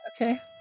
Okay